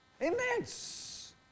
Immense